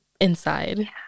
inside